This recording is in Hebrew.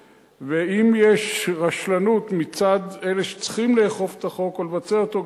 ואם יש רשלנות מצד אלה שצריכים לאכוף את החוק או לבצע אותו,